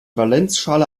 valenzschale